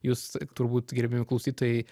jūs turbūt gerbiami klausytojai